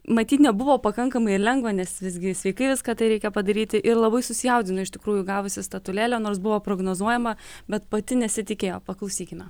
matyt nebuvo pakankamai lengva nes visgi sveikai viską tai reikia padaryti ir labai susijaudino iš tikrųjų gavusi statulėlę nors buvo prognozuojama bet pati nesitikėjo paklausykime